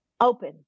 open